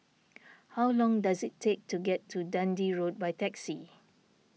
how long does it take to get to Dundee Road by taxi